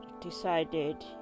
decided